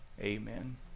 amen